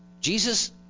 Jesus